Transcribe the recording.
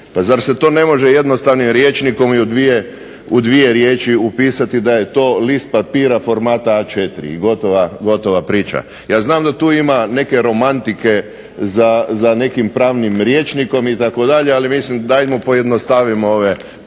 Pa zar se to ne može jednostavnim rječnikom i u dvije riječi upisati da je to list papira formata A4 i gotova priča. Ja znam da tu ima neke romantike za nekim pravnim rječnikom itd., ali mislim dajmo pojednostavimo ove pravne